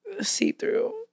see-through